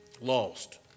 lost